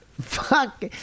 fuck